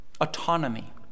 Autonomy